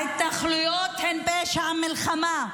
ההתנחלויות הן פשע מלחמה.